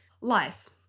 life